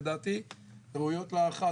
לדעתי ראויות להערכה.